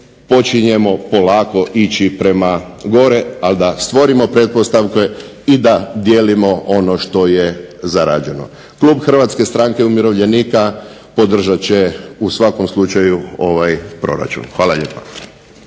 počinjemo polako ići prema gore, ali da stvorimo pretpostavke i da dijelimo ono što je zarađeno. Klub Hrvatske stranke umirovljenika podržat će u svakom slučaju ovaj proračun. Hvala lijepa.